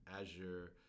Azure